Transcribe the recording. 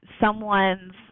someone's